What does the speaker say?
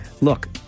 look